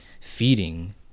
feeding